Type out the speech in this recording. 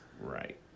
Right